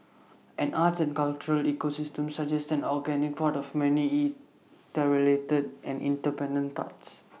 an arts and cultural ecosystem suggests an organic pot of many interrelated and inter pendent parts